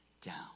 down